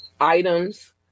items